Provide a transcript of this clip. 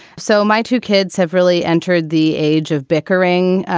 so my two kids have really entered the age of bickering,